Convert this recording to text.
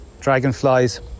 dragonflies